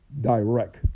direct